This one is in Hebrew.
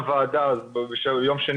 היו שם 14,000 דונם והמדינה הכירה בשליש,